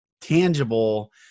tangible